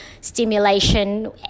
stimulation